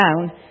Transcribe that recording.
down